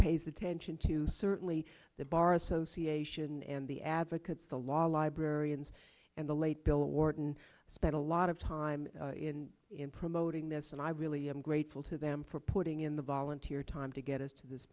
pays attention to certainly the bar association and the advocates the law library yes and the late bill warden spent a lot of time in promoting this and i really am grateful to them for putting in the volunteer time to get us to this